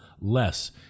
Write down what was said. less